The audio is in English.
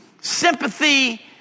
sympathy